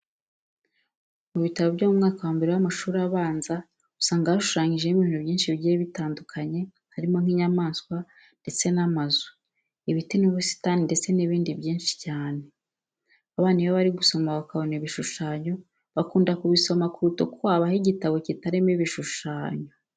Mu bitabo byo mu mwaka wa mbere w'amashuri abanza usanga hashushanyijemo ibintu byinshi bigiye bitandukanye harimo nk'inyamaswa ndetse n'amazu, ibiti n'ubusitani ndetse n'ibindi byinshi cyane. Abana iyo bari gusoma bakabona ibishushanyo bakunda kubisoma kuruta uko wabaha igitabo kitarimo ibishushanyo.